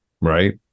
right